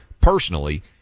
personally